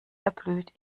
erblüht